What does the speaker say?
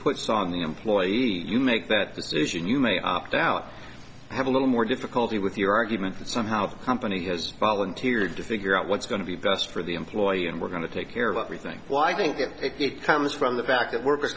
puts on the employee you make that decision you may opt out have a little more difficulty with your argument that somehow the company has volunteered to figure out what's going to be best for the employee and we're going to take care of everything why i think if it comes from the fact that work